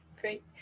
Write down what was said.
Great